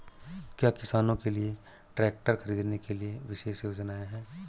क्या किसानों के लिए ट्रैक्टर खरीदने के लिए विशेष योजनाएं हैं?